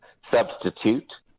substitute